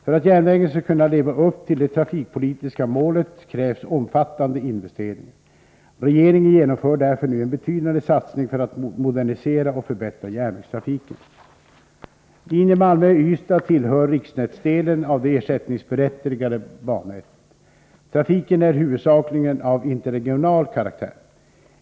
För att järnvägen skall kunna leva upp till det trafikpolitiska målet krävs omfattande investeringar. Regeringen genomför därför nu en betydande satsning för att modernisera och förbättra järnvägstrafiken. Linjen Malmö-Ystad tillhör riksnätet av det ersättningsberättigade bannätet. Trafiken är huvudsakligen av interregional karaktär.